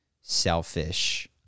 selfish